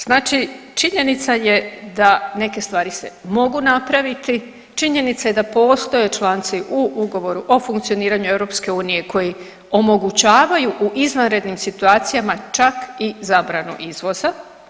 Znači činjenica je da neke stvari se mogu napraviti, činjenica je da postoje članci u ugovoru o funkcioniranju EU koji omogućavaju u izvanrednim situacijama čak i zabranu izvoza.